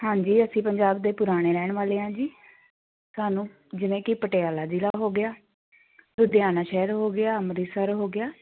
ਹਾਂਜੀ ਅਸੀਂ ਪੰਜਾਬ ਦੇ ਪੁਰਾਣੇ ਰਹਿਣ ਵਾਲੇ ਹਾਂ ਜੀ ਤੁਹਾਨੂੰ ਜਿਵੇਂ ਕਿ ਪਟਿਆਲਾ ਜ਼ਿਲ੍ਹਾ ਹੋ ਗਿਆ ਲੁਧਿਆਣਾ ਸ਼ਹਿਰ ਹੋ ਗਿਆ ਅੰਮ੍ਰਿਤਸਰ ਹੋ ਗਿਆ